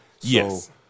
Yes